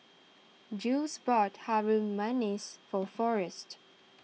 Jules bought Harum Manis for forrest